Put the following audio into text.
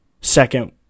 second